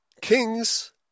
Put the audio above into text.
kings